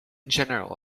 general